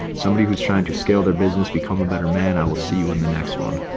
somebody who's trying to scale their business become a better man. i will see you in the next one.